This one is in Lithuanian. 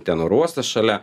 ten oro uostas šalia